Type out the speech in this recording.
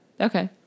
okay